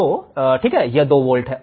तो यह 2 वोल्ट है